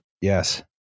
Yes